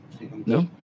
No